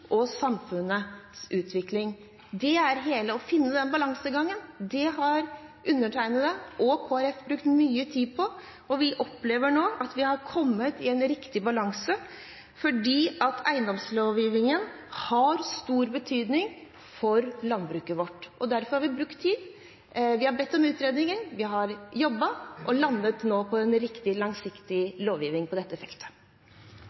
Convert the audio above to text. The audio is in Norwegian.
og samfunnets utvikling. Å finne den balansegangen har undertegnede og Kristelig Folkeparti brukt mye tid på. Vi opplever nå at vi har funnet en riktig balanse. Eiendomslovgivningen har stor betydning for landbruket vårt. Derfor har vi brukt tid. Vi har bedt om utredninger, vi har jobbet – og har nå landet på en riktig